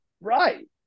Right